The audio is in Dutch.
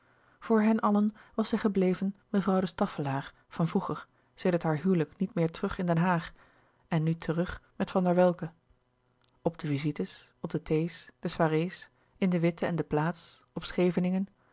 voor hen allen was zij gebleven mevrouw de staffelaer van vroeger sedert haar huwelijk niet meer terug in den haag louis couperus de boeken der kleine zielen en nu terug met van der welcke op de visites op de thee's de soirées in de witte en de plaats op scheveningen